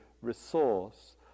resource